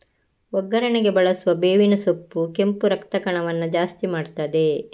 ಒಗ್ಗರಣೆಗೆ ಬಳಸುವ ಬೇವಿನ ಸೊಪ್ಪು ಕೆಂಪು ರಕ್ತ ಕಣವನ್ನ ಜಾಸ್ತಿ ಮಾಡ್ತದೆ